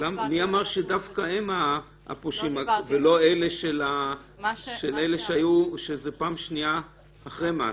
מי אמר שדווקא הם הפושעים ולא אלה שזאת פעם שנייה אחרי מאסר?